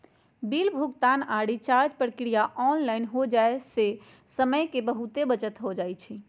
bill भुगतान आऽ recharge प्रक्रिया ऑनलाइन हो जाय से समय के बहुते बचत हो जाइ छइ